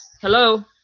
Hello